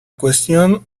cuestión